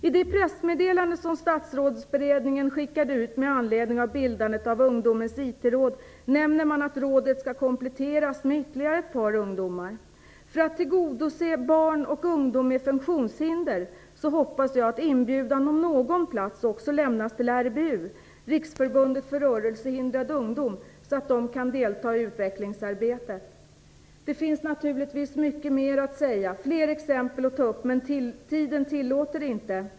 I det pressmeddelande som Statsrådsberedningen skickade ut med anledning av bildandet av Ungdomens IT-råd nämner man att rådet skall kompletteras med ytterligare ett par ungdomar. För att tillgodose barn och ungdom med funktionshinder hoppas jag att inbjudan om någon plats lämnas till RBU, Riksförbundet för rörelsehindrad ungdom, så att de kan delta i utvecklingsarbetet. Det finns naturligtvis mycket mer att säga, fler exempel att ta upp. Men tiden tillåter det inte.